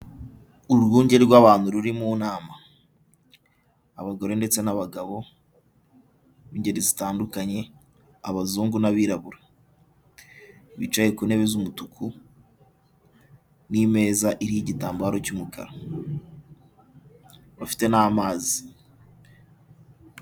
Urwunge rw'abantu ruri mu nama, abagore ndetse n'abagabo b'ingeri zitandukanye abazungu n'abirabura, bicaye ku ntebe z'umutuku n'imeza iriho igitambaro cy'umukara, bafite n'amazi.